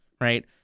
right